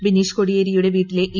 ബിനീഷ് കോടിയേരിയുടെ വീട്ടിലെ ഇ